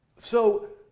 so,